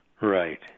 Right